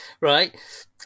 Right